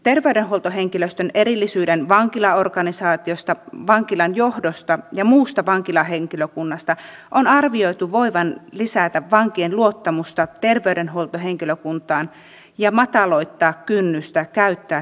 terveydenhuoltohenkilöstön erillisyyden vankilaorganisaatiosta vankilan johdosta ja muusta vankilahenkilökunnasta on arvioitu voivan lisätä vankien luottamusta terveydenhuoltohenkilökuntaan ja mataloittavan kynnystä käyttää terveydenhuoltopalveluja